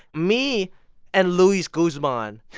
me and luis guzman.